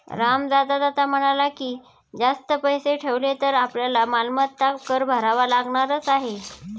राम जाता जाता म्हणाला की, जास्त पैसे ठेवले तर आपल्याला मालमत्ता कर भरावा लागणारच आहे